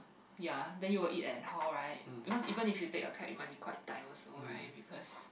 ya then you will eat at hall right because even if you take a cab you might be quite tight also right because